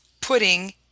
pudding